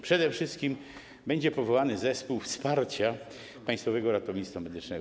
Przede wszystkim będzie powołany zespół wsparcia Państwowego Ratownictwa Medycznego.